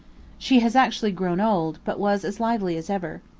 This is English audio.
she has actually grown old, but was as lively as ever.